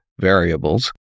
variables